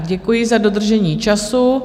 Děkuji za dodržení času.